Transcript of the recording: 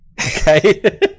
Okay